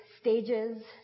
stages